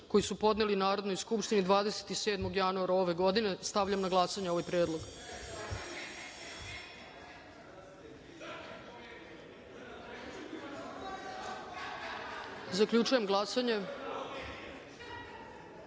koji su podneli Narodnoj skupštini 27. januara ove godine. Stavljam na glasanje ovaj predlog. Zaključujem glasanje: